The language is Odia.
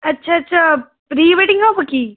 ଆଚ୍ଛା ଆଚ୍ଛା ପ୍ରି ୱେଡ଼ିଙ୍ଗ ହବ କି